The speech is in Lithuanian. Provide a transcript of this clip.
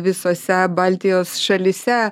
visose baltijos šalyse